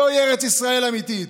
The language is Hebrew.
זוהי ארץ ישראל אמיתית.